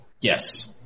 Yes